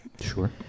Sure